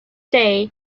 day